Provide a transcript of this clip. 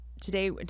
today